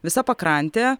visa pakrantė